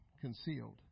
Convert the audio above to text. concealed